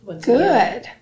good